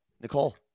Nicole